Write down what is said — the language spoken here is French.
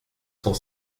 cent